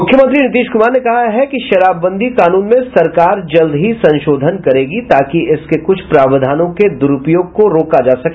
मुख्यमंत्री नीतीश कुमार ने कहा है कि शराबबंदी कानून में सरकार जल्द ही संशोधन करेगी ताकि इसके कुछ प्रावधानों के दुरूपयोग को रोका जा सके